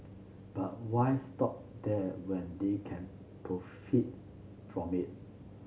but why stop there when they can profit from it